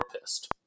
pissed